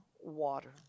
water